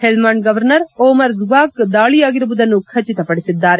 Helmand governor Omar Zwak ದಾಳಿಯಾಗಿರುವುದನ್ನು ಖಚಿತಪಡಿಸಿದ್ದಾರೆ